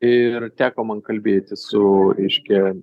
ir teko man kalbėtis su reiškia